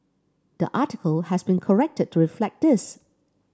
the article has been corrected to reflect this